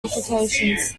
implications